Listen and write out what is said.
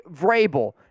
Vrabel